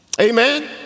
Amen